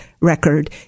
record